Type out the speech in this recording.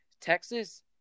Texas